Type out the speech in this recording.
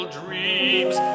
dreams